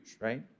right